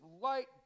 light